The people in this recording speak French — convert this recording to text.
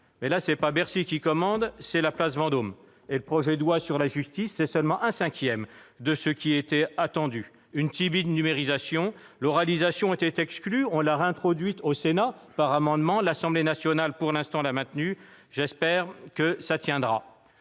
Mais là, ce n'est pas Bercy qui commande ; c'est la place Vendôme. Le projet de loi sur la justice, c'est seulement un cinquième de ce qui était attendu, soit une timide numérisation. L'oralisation était exclue ; on l'a réintroduite au Sénat par amendement ; l'Assemblée nationale l'a pour l'instant maintenue. J'espère que cela tiendra.